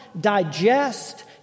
digest